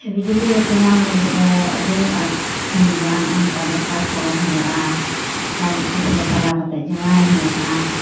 ᱵᱤᱡᱽᱞᱤ ᱵᱟᱹᱛᱤ ᱧᱟᱢ ᱞᱟᱹᱜᱤᱫ ᱫᱚ ᱟᱹᱰᱤ ᱟᱸᱴ ᱠᱚᱴᱷᱤᱱ ᱜᱮᱭᱟ ᱱᱚᱜᱼᱚᱭ ᱱᱚᱝᱠᱟ ᱫᱚᱨᱠᱷᱟᱥᱛᱷ ᱚᱞ ᱦᱩᱭᱩᱜᱟ ᱞᱟᱭᱤᱱ ᱚᱯᱷᱤᱥ ᱨᱮ ᱪᱟᱞᱟᱣ ᱠᱟᱛᱮ ᱡᱚᱢᱟᱭ ᱦᱩᱭᱩᱜᱼᱟ